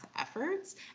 efforts